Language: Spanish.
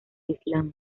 islam